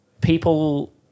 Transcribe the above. people